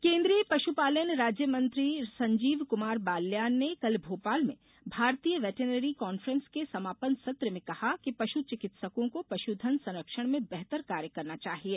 वेनेटरी conference केन्द्रीय पशुपालन राज्य मंत्री संजीव कुमार बाल्यान ने कल भोपाल में भारतीय वेटेनरी कॉन्फ्रेंस के समापन सत्र में कहा कि पश् चिकित्सकों को पश्धन संरक्षण में बेहतर कार्य करना चाहिए